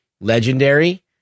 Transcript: legendary